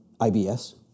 IBS